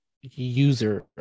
user